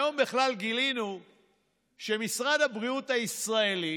היום בכלל גילינו שמשרד הבריאות הישראלי